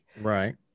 right